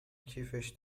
کیفش